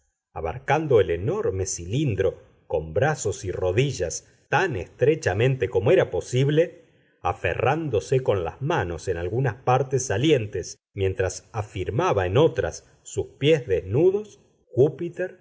abarcando el enorme cilindro con brazos y rodillas tan estrechamente como era posible aferrándose con las manos en algunas partes salientes mientras afirmaba en otras sus pies desnudos